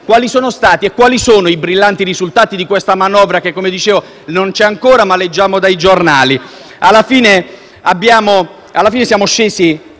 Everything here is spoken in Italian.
quali sono stati e quali sono i brillanti risultati di questa manovra che, come dicevo, non c'è ancora ma leggiamo dai giornali? Alla fine, siamo scesi